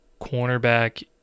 cornerback